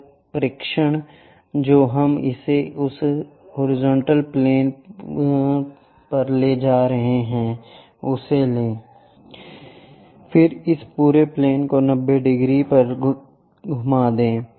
प्रक्षेपण जो हम इसे उस हॉरिजॉन्टल प्लेन पर ले जा रहे हैं उसे लें फिर इस पूरे प्लेन को 90 डिग्री तक घुमाएं